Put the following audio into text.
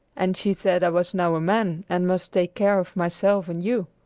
and she said i was now a man and must take care of myself and you.